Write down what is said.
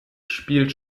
spielt